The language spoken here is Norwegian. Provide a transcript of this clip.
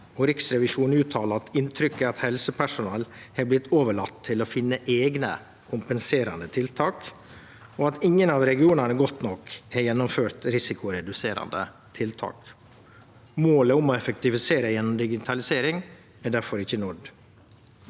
Riksrevisjonen uttalar at inntrykket er at helsepersonell har blitt overlatne til å finne eigne kompenserande tiltak, og at ingen av regionane godt nok har gjennomført risikoreduserande tiltak. Målet om å effektivisere gjennom digitalisering er difor ikkje nådd.